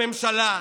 הממשלה,